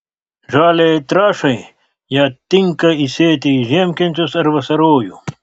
žaliajai trąšai ją tinka įsėti į žiemkenčius ar vasarojų